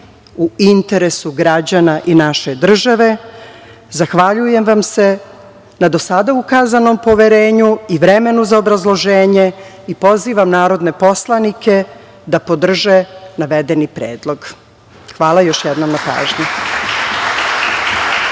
u interesu građana i naše države. Zahvaljujem vam se na do sada ukazanom poverenju i vremenu za obrazloženje i pozivam narodne poslanike da podrže navedeni predlog. Hvala još jednom na pažnji.